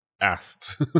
asked